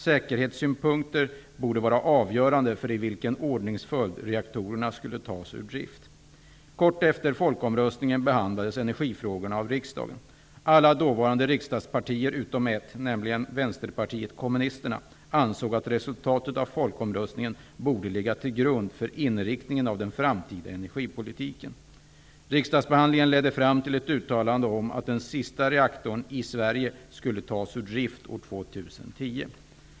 Säkerhetssynpunkter borde vara avgörande för i vilken ordningsföljd reaktorerna skulle tas ur drift. Kort efter folkomröstningen behandlades energifrågorna av riksdagen. Alla dåvarande riksdagspartier utom ett -- nämligen Vänsterpartiet kommunisterna -- ansåg att resultatet av folkomröstningen borde ligga till grund för inriktningen av den framtida energipolitiken. Riksdagsbehandlingen ledde fram till ett uttalande om att den sista reaktorn i Sverige skulle tas ur drift år 2010.